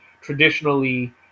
traditionally